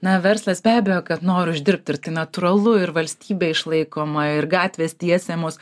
na verslas be abejo kad nori uždirbt ir tai natūralu ir valstybė išlaikoma ir gatvės tiesiamos